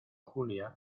julia